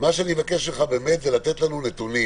אני מבקש שתציג לנו נתונים